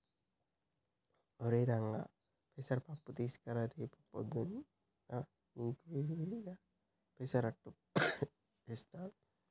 ఒరై రంగా పెసర పప్పు తీసుకురా రేపు పొద్దున్నా నీకు వేడి వేడిగా పెసరట్టు వేస్తారు